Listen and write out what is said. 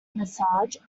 massage